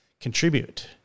contribute